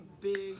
big